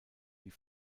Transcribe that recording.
die